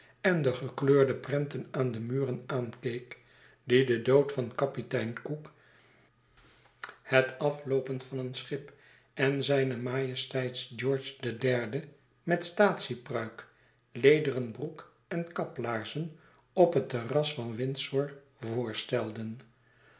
en de gekleurde prenten aan de muren aankeek die den dood van kapitein cook het afloopen van een schip en zijne majesteit george den derden met staatsiepruik lederen broek en kaplaarzen op het terras van windsor voorstelden